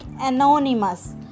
anonymous